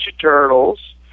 Turtles